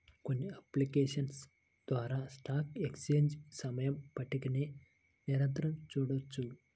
కొన్ని అప్లికేషన్స్ ద్వారా stock exchange సమయ పట్టికని నిరంతరం చూడొచ్చు